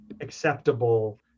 acceptable